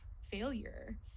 failure